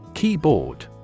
Keyboard